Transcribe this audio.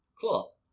cool